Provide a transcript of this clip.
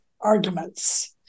arguments